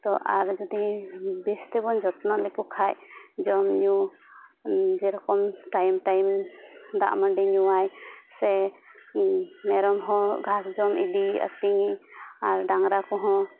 ᱛᱚ ᱟᱨ ᱡᱩᱫᱤ ᱵᱮᱥ ᱛᱮᱵᱚᱱ ᱡᱚᱛᱚᱱᱚ ᱞᱮᱠᱚᱠᱷᱟᱡ ᱡᱚᱢ ᱧᱩ ᱡᱮ ᱨᱚᱠᱚᱢ ᱴᱟᱭᱤᱢ ᱴᱟᱭᱤᱢ ᱫᱟᱜ ᱢᱟᱹᱰᱤ ᱧᱩᱣᱟᱭ ᱥᱮ ᱢᱮᱨᱚᱢ ᱦᱚᱸ ᱜᱷᱟᱥ ᱡᱚᱢ ᱤᱫᱤ ᱟᱹᱛᱤᱧ ᱟᱨ ᱰᱟᱝᱨᱟ ᱠᱚᱦᱚᱸ